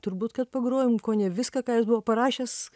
turbūt kad pagrojom kone viską ką jis buvo parašęs